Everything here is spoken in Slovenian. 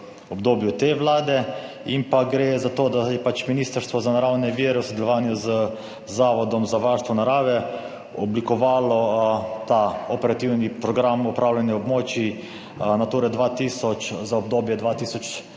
obdobju te Vlade in pa gre za to, da je pač Ministrstvo za naravne vire v sodelovanju z Zavodom za varstvo narave oblikovalo ta operativni program upravljanja območij Nature 2000 za obdobje